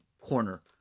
corner